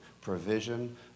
Provision